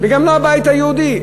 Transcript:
גם לא הבית היהודי.